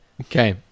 Okay